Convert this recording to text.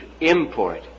import